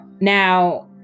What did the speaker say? Now